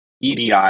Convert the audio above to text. EDI